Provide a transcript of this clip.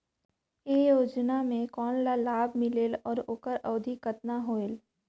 ये योजना मे कोन ला लाभ मिलेल और ओकर अवधी कतना होएल